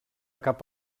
cap